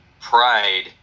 pride